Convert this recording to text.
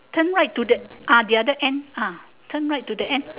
turn right to the ah the other end ah turn right to the end